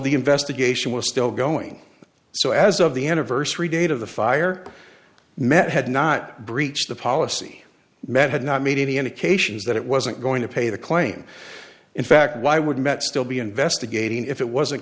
the investigation was still going so as of the anniversary date of the fire met had not breached the policy met had not made any indications that it wasn't going to pay the claim in fact why would met still be investigating if it wasn't